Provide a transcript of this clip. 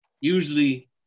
usually